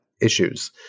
issues